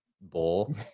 bowl